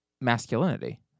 masculinity